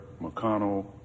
McConnell